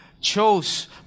chose